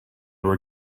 were